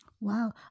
Wow